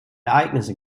ereignisse